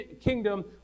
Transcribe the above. kingdom